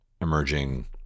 emerging